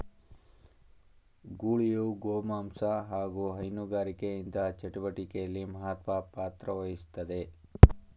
ಗೂಳಿಯು ಗೋಮಾಂಸ ಹಾಗು ಹೈನುಗಾರಿಕೆ ಇತರ ಚಟುವಟಿಕೆಲಿ ಮಹತ್ವ ಪಾತ್ರವಹಿಸ್ತದೆ